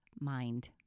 Mind